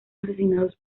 asesinados